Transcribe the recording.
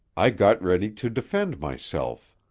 i got ready to defend myself.